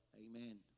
amen